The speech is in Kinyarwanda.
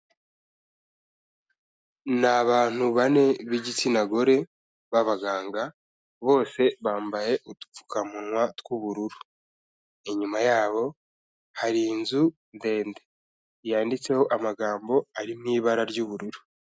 Ni abantu bane b'igitsina gore b'abaganga, bose bambaye udupfukamunwa tw'ubururu. Inyuma yabo hari inzu ndende yanditseho amagambo ari mu ibara ry'ubururu.